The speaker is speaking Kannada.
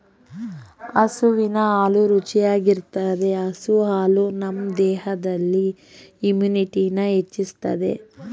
ಹಸುವಿನ ಹಾಲು ರುಚಿಯಾಗಿರ್ತದೆ ಹಸು ಹಾಲು ನಮ್ ದೇಹದಲ್ಲಿ ಇಮ್ಯುನಿಟಿನ ಹೆಚ್ಚಿಸ್ತದೆ